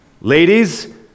Ladies